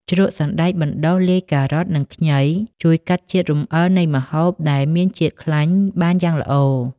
ជ្រក់សណ្តែកបណ្តុះលាយការ៉ុត និងខ្ញី ជួយកាត់ជាតិរំអិលនៃម្ហូបដែលមានជាតិខ្លាញ់បានយ៉ាងល្អ។